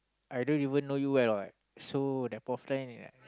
I don't even know you well [what] I so that point of time